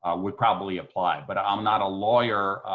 ah would probably apply. but i'm not a lawyer,